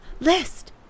list